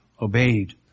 obeyed